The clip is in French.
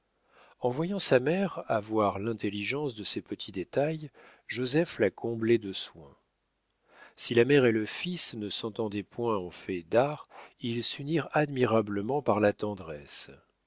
en voyant sa mère avoir l'intelligence de ces petits détails joseph la comblait de soins si la mère et le fils ne s'entendaient pas en fait d'art ils s'unirent admirablement par la tendresse